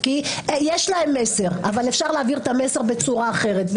יש להם מסר אבל אפשר להעביר אותו בצורה אחרת.